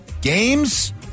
Games